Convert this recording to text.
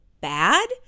bad